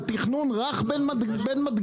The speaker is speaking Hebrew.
על תכנון רך בין מדגרות,